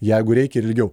jeigu reikia ir ilgiau